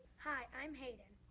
hi, i'm haiden.